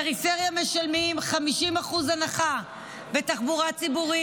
בפריפריה מקבלים 50% הנחה בתחבורה ציבורית,